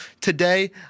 Today